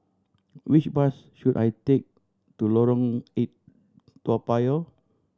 which bus should I take to Lorong Eight Toa Payoh